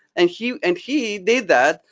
and he and he did that.